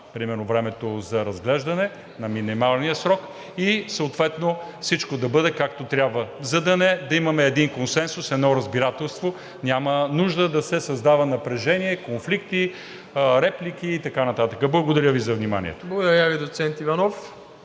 примерно времето за разглеждане на минималния срок и съответно всичко да бъде, както трябва, за да имаме един консенсус, едно разбирателство и няма нужда да се създава напрежение, конфликти, реплики и така нататък. Благодаря Ви, за вниманието. ПРЕДСЕДАТЕЛ МИРОСЛАВ